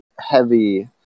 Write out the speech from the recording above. heavy